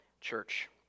church